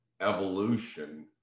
evolution